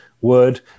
word